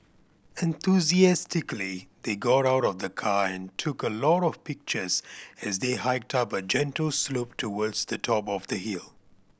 enthusiastically they got out of the car and took a lot of pictures as they hiked up a gentle slope towards the top of the hill